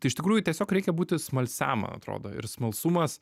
tai iš tikrųjų tiesiog reikia būti smalsiam man atrodo ir smalsumas